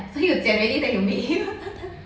so you 剪 already then you meet him